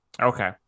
Okay